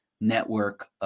network